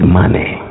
money